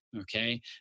okay